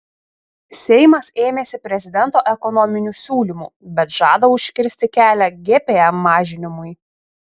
seimas ėmėsi prezidento ekonominių siūlymų bet žada užkirsti kelią gpm mažinimui